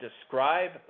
describe